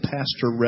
Pastor